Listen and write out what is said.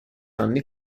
anni